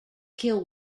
kill